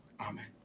Amen